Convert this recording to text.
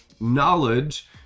knowledge